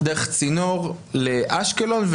דרך צינור לאשקלון,